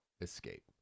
escape